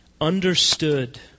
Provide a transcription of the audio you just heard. understood